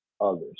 others